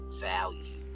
value